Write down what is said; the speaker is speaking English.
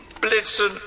Blitzen